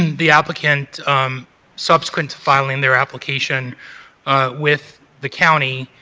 and the applicant subsequent to filing their application with the county,